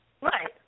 Right